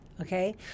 Okay